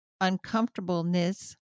uncomfortableness